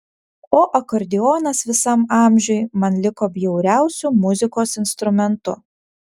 o akordeonas visam amžiui man liko bjauriausiu muzikos instrumentu